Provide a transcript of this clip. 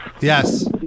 yes